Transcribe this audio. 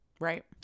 Right